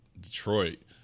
Detroit